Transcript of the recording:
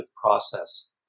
process